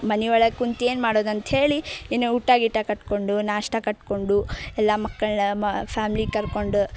ಮನೆಯೊಳಗೆ ಕುಂತು ಏನು ಮಾಡೋದಂತ ಹೇಳಿ ಇನ್ನು ಊಟ ಗೀಟ ಕಟ್ಟಿಕೊಂಡು ನಾಷ್ಟ ಕಟ್ಟಿಕೊಂಡು ಎಲ್ಲ ಮಕ್ಕಳನ್ನ ಮ ಫ್ಯಾಮ್ಲಿ ಕರ್ಕೊಂಡು